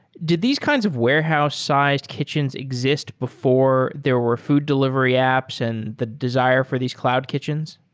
did these kinds of warehouse-sized kitchens exist before there were food delivery apps and the desire for these cloud kitchens?